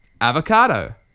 avocado